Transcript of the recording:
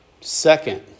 Second